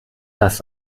das